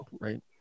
right